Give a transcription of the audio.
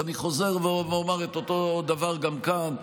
ואני חוזר ואומר את אותו דבר גם כאן: